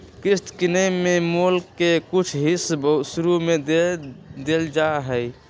किस्त किनेए में मोल के कुछ हिस शुरू में दे देल जाइ छइ